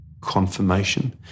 confirmation